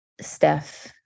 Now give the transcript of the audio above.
Steph